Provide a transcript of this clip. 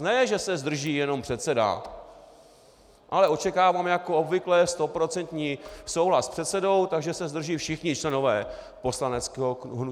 Ne že se zdrží jenom předseda, ale očekávám jako obvykle stoprocentní souhlas s předsedou, takže se zdrží všichni členové poslaneckého hnutí.